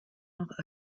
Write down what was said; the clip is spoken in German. noch